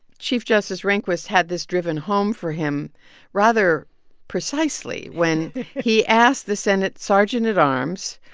chief justice rehnquist had this driven home for him rather precisely. when he asked the senate sergeant at arms,